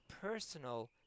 personal